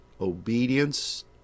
obedience